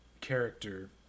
character